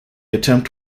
attempt